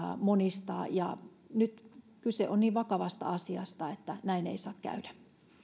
monistaa ja nyt kyse on niin vakavasta asiasta että näin ei saa käydä